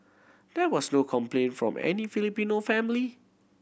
there was no complaint from any Filipino family